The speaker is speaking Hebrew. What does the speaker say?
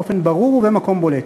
באופן ברור ובמקום בולט.